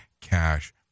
cash